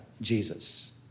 Jesus